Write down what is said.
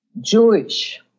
Jewish